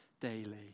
daily